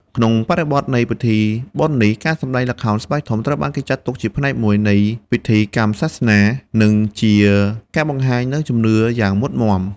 ក្នុងបរិបទនៃពិធីបុណ្យនេះ ការសម្តែងល្ខោនស្បែកធំ ត្រូវបានចាត់ទុកជាផ្នែកមួយនៃពិធីកម្មសាសនា និងជាការបង្ហាញនូវជំនឿយ៉ាងមុតមាំ។